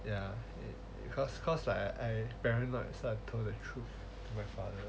ya because cause I very nerd so I told the truth to my father